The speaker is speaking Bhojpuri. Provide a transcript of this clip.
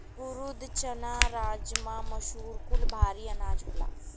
ऊरद, चना, राजमा, मसूर कुल भारी अनाज होला